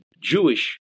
Jewish